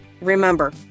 remember